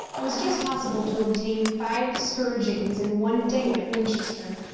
it was just possible to obtain five scourgings in one day at winchester,